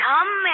Come